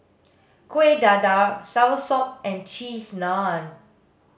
kuih dadar soursop and cheese naan